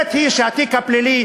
האמת היא שהתיק הפלילי